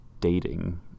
dating